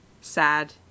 sad